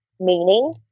meaning